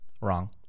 Wrong